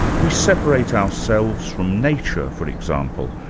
we separate ourselves from nature, for example,